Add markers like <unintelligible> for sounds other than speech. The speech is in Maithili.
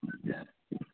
<unintelligible>